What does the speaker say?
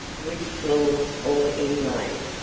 with floors all inlaid,